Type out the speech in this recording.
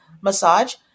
massage